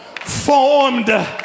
formed